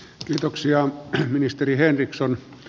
kiitoksia ministeri henriksson